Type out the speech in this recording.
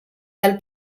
del